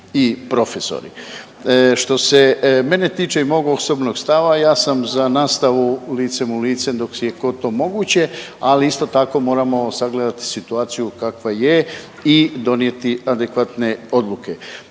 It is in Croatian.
i profesori? Što se mene tiče i mog osobnog stava ja sam za nastavu licem u lice dok je god to moguće, ali isto tako moramo sagledati situaciju kakva je i donijeti adekvatne odluke.